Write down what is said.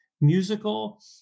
musical